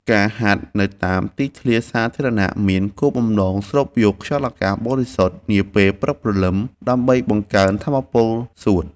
ការហាត់នៅតាមទីធ្លាសាធារណៈមានគោលបំណងស្រូបយកខ្យល់អាកាសបរិសុទ្ធនាពេលព្រឹកព្រលឹមដើម្បីបង្កើនថាមពលសួត។